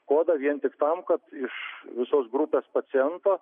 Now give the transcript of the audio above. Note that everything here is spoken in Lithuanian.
kodą vien tik tam kad iš visos grupės pacientų